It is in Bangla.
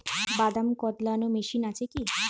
বাদাম কদলানো মেশিন আছেকি?